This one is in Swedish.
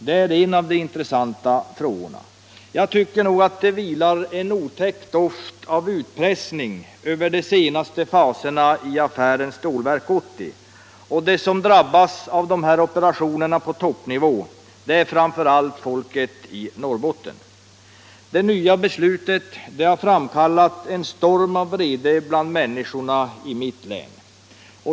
Det är en av de intressanta frågorna. Jag tycker att det vilar en otäck doft av utpressning över de senaste faserna i affären Stålverk 80, och de som drabbas av operationerna på toppnivå är framför allt människorna i Norrbotten. Det nya beslutet har framkallat en storm av vrede bland folket i mitt län.